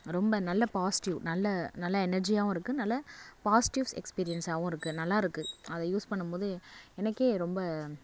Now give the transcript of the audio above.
ரொம்ப நல்ல பாஸ்டிவ் நல்ல நல்லா எனர்ஜியாகவும் இருக்குது நல்ல பாஸ்டிவ்ஸ் எக்ஸ்பீரியன்ஸாகவும் இருக்குது நல்லாயிருக்கு அதை யூஸ் பண்ணபோது எனக்கே ரொம்ப